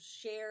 share